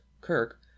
Kirk